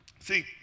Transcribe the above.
See